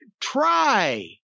try